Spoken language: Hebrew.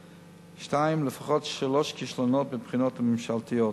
2. לפחות שלושה כישלונות בבחינות הממשלתיות,